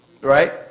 right